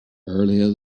earlier